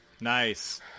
Nice